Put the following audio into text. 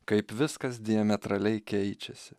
kaip viskas diametraliai keičiasi